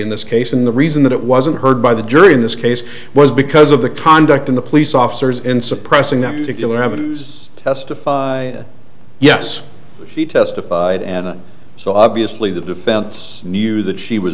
in this case and the reason that it wasn't heard by the jury in this case was because of the conduct of the police officers in suppressing that particular evidence testified yes she testified and so obviously the defense knew that she was